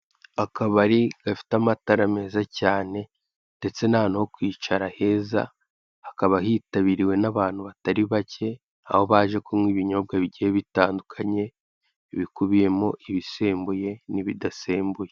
Akabari gafite amatara meza cyane ndetse n'ahantu ho kwicara heza, hakaba hitabiriwe n'bantu batari bacye, aho baje kunywa ibinyibwa bigiye bitanduknye bikubiyemo ibisembuye n'ibidasembuye.